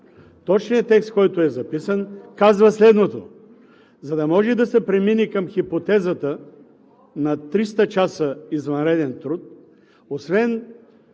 точният текст, който е записан, казва следното: за да може да се премине към хипотезата на 300 часа извънреден труд, освен